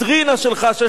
שיש לך עוד מדליה.